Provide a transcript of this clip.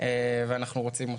ואנחנו רוצים אותו.